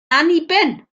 anniben